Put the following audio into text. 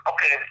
Okay